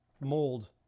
mold